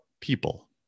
people